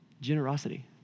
Generosity